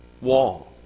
wall